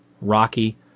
rocky